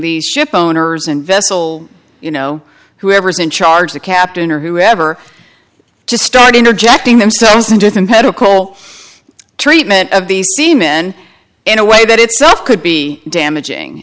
these shipowners and vessel you know whoever's in charge the captain or whoever to start interjecting themselves into the medical treatment of the c men in a way that itself could be damaging